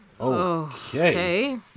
Okay